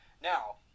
Now